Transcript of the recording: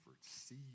see